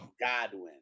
Godwin